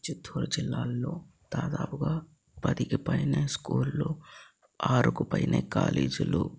చిత్తూరు జిల్లాలో దాదాపుగా పదికి పైనే స్కూళ్లు ఆరుకు పైనే కాలేజీలు